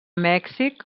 mèxic